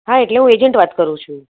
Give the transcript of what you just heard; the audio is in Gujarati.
હા એટલે હું એજન્ટ વાત કરું છું